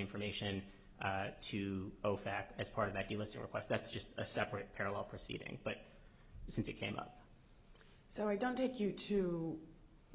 information to ofac as part of that the list of requests that's just a separate parallel proceeding but since it came up so i don't take you to